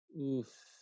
Oof